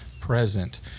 present